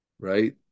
Right